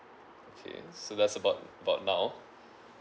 okay so that's about about now